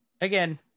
Again